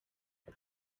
det